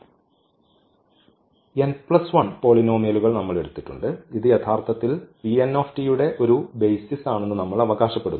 ഈ n 1 പോളിനോമിയലുകൾ നമ്മൾ എടുത്തിട്ടുണ്ട് ഇത് യഥാർത്ഥത്തിൽ യുടെ ഒരു ബൈസിസാണെന്ന് നമ്മൾ അവകാശപ്പെടുന്നു